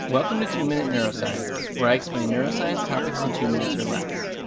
welcome to two minute neuroscience, where i explain neuroscience topics in two minutes or less.